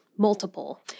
multiple